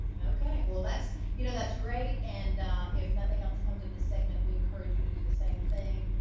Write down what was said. okay, well that's you know that's great. and if nothing else comes of this segment, we encourage you to do the same thing.